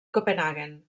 copenhaguen